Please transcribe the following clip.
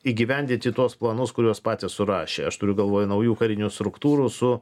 įgyvenditi tuos planus kuriuos patys surašė aš turiu galvoj naujų karinių struktūrų su